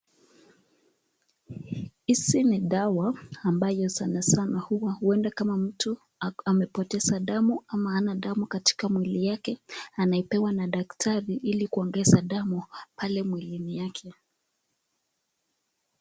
Hizi ni dawa ambayo sanasana huwa ueda kama mtu amepoteza damu ama hana damu katika mwili yake anaipewa na daktari ili kuogeza damu pale mwilini yake.